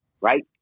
right